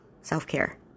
self-care